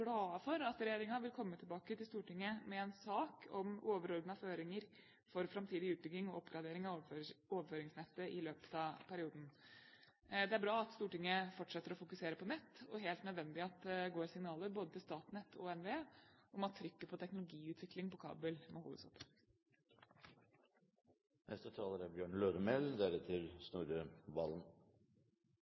for at regjeringen vil komme tilbake til Stortinget med en sak om overordnede føringer for framtidig utbygging og oppgradering av overføringsnettet i løpet av perioden. Det er bra at Stortinget fortsetter å fokusere på nett, og helt nødvendig at det går signaler både til Statnett og NVE om at trykket på teknologiutvikling av kabel må holdes